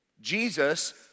Jesus